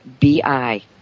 BI